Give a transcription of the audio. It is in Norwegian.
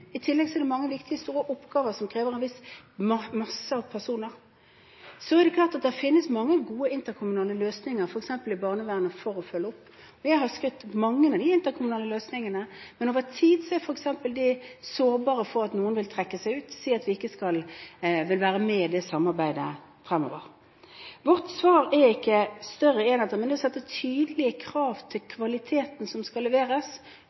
I tillegg er det mange viktige, store oppgaver som krever en viss masse av personer. Så er det klart at det finnes mange gode interkommunale løsninger for å følge opp, f.eks. i barnevernet. Jeg har skrytt av mange av de interkommunale løsningene, men over tid er de sårbare for at noen f.eks. vil trekke seg ut, si at de ikke vil være med i det samarbeidet fremover. Vårt svar er ikke større enheter, men det å sette tydelige krav til kvaliteten som skal leveres,